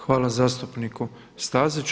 Hvala zastupniku Staziću.